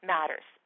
Matters